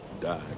Died